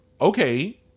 okay